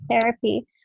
therapy